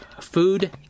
food